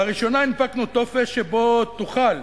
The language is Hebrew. לראשונה הנפקנו טופס שבו תוכל